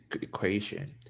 equation